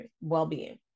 well-being